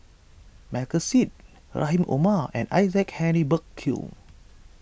Michael Seet Rahim Omar and Isaac Henry Burkill